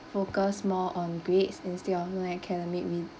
focus more on grades instead of non academic re~